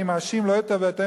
אני מאשים לא את בתי-המשפט,